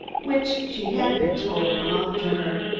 which she had been told belonged to her.